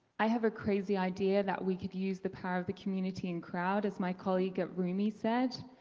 i have a crazy idea that we could use the part of the community in crowd as my colleague at rumie said.